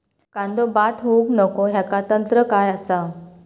कांदो बाद होऊक नको ह्याका तंत्र काय असा?